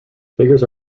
figures